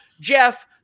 Jeff